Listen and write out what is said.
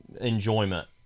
enjoyment